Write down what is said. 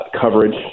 coverage